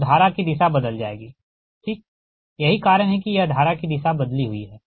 तो धारा की दिशा बदल जाएगी ठीक यही कारण है कि यह धारा की दिशा बदली हुई है